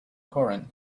koran